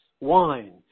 wine